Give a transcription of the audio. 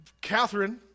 Catherine